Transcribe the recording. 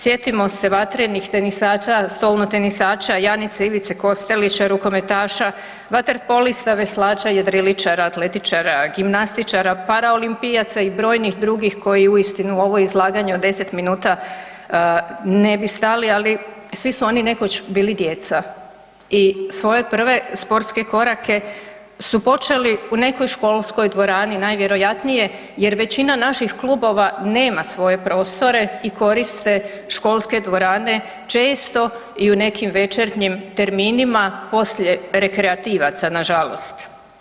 Sjetimo se Vatrenih, tenisača, stolnotenisača, Janice i Ivice Kostelić, rukometaša, vaterpolista, veslača, jedriličara, atletičara, gimnastičara, paraolimpijaca i brojnih drugih koji uistinu u ovo izlaganje od deset minuta ne bi stali, ali svi su oni nekoć bili djeca i svoje prve sportske korake su počeli u nekoj školskoj dvorani, najvjerojatnije jer većina naših klubova nema svoje prostore i koriste školske dvorane, često i u nekim večernjim terminima poslije rekreativaca nažalost.